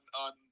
on